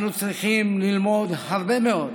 ובאמת, צריך להיות קצת מטורף כדי לעזוב בית,